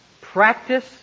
Practice